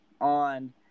on –